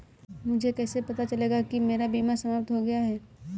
मुझे कैसे पता चलेगा कि मेरा बीमा समाप्त हो गया है?